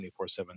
24-7